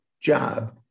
job